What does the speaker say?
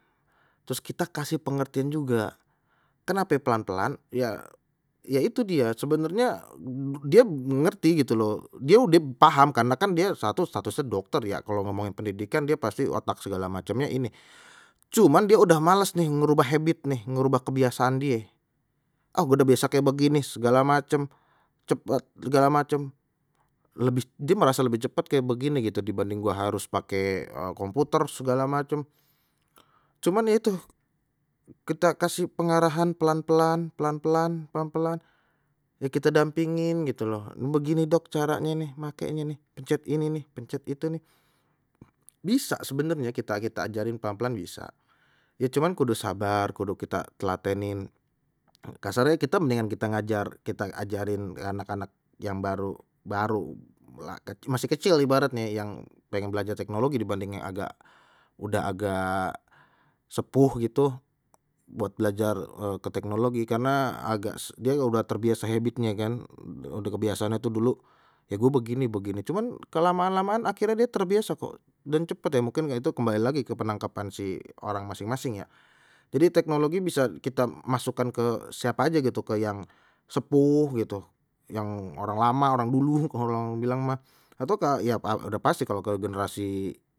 Trus kita kasih pengertian juga kenape pelan-pelan ya ya itu dia sebenarnya dia ngerti gitu loh, dia udeh paham karena kan dia satu statusnya dokter ya, kalau ngomongin pendidikan die pasti otak segala macamnye ini cuman die udah males nih ngerubah habit nih ngerubah kebiasaan die, ah gua dah biasa kayak begini segala macam, cepat segala macam, lebih dia merasa lebih cepat kayak begini gitu dibanding gua harus pakai komputer segala macam, cuman itu kita kasih pengarahan pelan-pelan pelan-pelan pelan-pelan ya kite dampingin gitu loh, begini dok caranye nih makeknye nih pencet ini nih, pencet itu nih bisa sebenernya kita kita ajarin pelan-pelan bisa, ya cuman kudu sabar kudu kita telatenin kasarnye kita mendingan kita ngajar kita ajarin anak-anak yang baru baru masih kecil ibaratnye yang pengen belajar teknologi dibanding yang agak udah agak sepuh gitu, buat belajar ke teknologi karena agak dia udah terbiasa hebitnye kan udah udah kebiasaannya tuh dulu ya gua begini begini cuman kalau kelamaan kelamaan akhirnya die terbiasa kok dan cepat ya mungkin ya itu kembali lagi ke penangkapan si orang masing-masing ya jadi teknologi bisa kita masukkan ke siapa aja gitu ke yang sepuh gitu yang orang lama orang dulu orang bilang mah atau ke ya udah pasti kalau ke generasi.